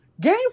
game